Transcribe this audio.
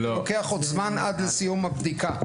זה לוקח עוד זמן עד לסיום הבדיקה.